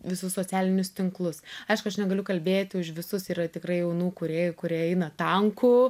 visus socialinius tinklus aišku aš negaliu kalbėti už visus yra tikrai jaunų kūrėjų kurie eina tanku